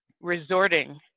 resorting